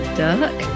duck